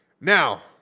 Now